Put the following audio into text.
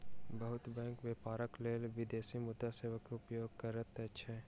बहुत बैंक व्यापारक लेल विदेशी मुद्रा सेवा के उपयोग करैत अछि